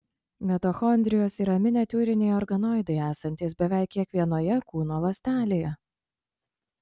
mitochondrijos yra miniatiūriniai organoidai esantys beveik kiekvienoje kūno ląstelėje